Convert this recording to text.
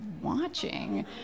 watching